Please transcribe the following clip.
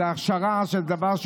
זאת הכשרה די פשוטה,